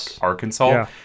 Arkansas